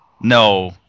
No